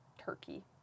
Turkey